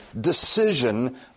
decision